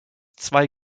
zwei